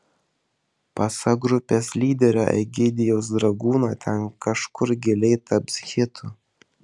pasak grupės lyderio egidijaus dragūno ten kažkur giliai taps hitu